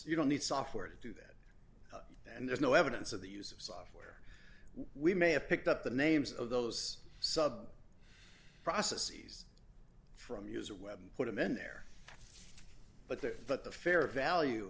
you don't need software to do that and there's no evidence of the use of software we may have picked up the names of those sub processes from user web and put them in there but there but the fair value